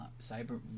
Cyber